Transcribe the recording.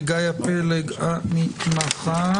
וגאיה פלג המתמחה.